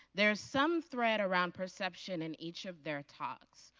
there is some thread around perception in each of their talks.